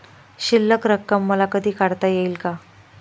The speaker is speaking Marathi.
शिल्लक रक्कम मला कधी काढता येईल का?